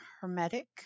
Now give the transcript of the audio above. hermetic